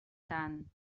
tant